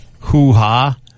hoo-ha